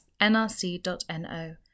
nrc.no